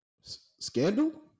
Scandal